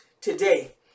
today